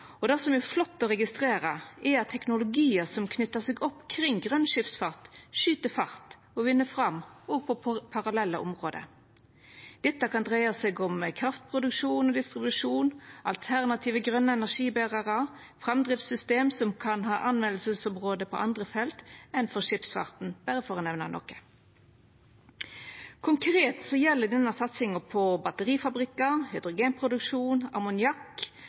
Og det som er flott å registrera, er at teknologiar som knyter seg opp kring grøn skipsfart, skyt fart og vinn fram også på parallelle område. Dette kan dreia seg om kraftproduksjon og distribusjon, alternative grøne energiberarar, framdriftssystem som kan ha bruksområde på andre felt enn for skipsfarten – berre for å nemna noko. Konkret gjeld dette satsinga på batterifabrikkar,